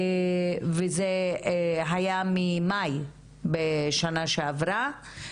וזה היה ממאי בשנה שעברה.